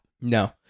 No